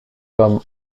comme